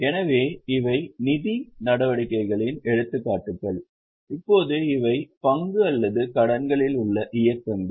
எனவே இவை நிதி நடவடிக்கைகளின் எடுத்துக்காட்டுகள் இப்போது இவை பங்கு அல்லது கடன்களில் உள்ள இயக்கங்கள்